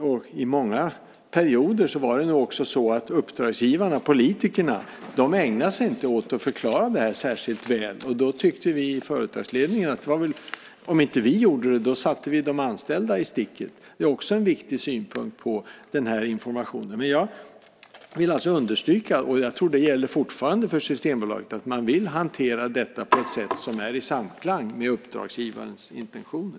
Under många perioder var det så att uppdragsgivarna, politikerna, inte ägnade sig åt att förklara detta särskilt väl. Därför tyckte vi i företagsledningen att vi om vi inte gjorde det lämnade de anställda i sticket. Också det är en viktig synpunkt på den här informationen. Jag vill alltså understryka, och detta tror jag fortfarande gäller för Systembolaget, att man vill hantera detta i samklang med uppdragsgivarens intentioner.